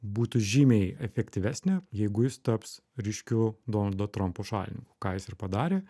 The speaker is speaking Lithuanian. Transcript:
būtų žymiai efektyvesnė jeigu jis taps ryškiu donaldo trampo šalininku ką jis ir padarė